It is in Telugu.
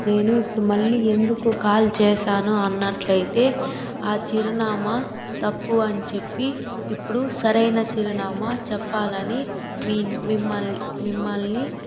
నేను ఇప్పుడు మళ్ళీ ఎందుకు కాల్ చేసాను అన్నట్లయితే ఆ చిరునామా తప్పు అని చెప్పి ఇప్పుడు సరైన చిరునామా చెప్పాలని మీ మిమ్మల్ మిమ్మల్ని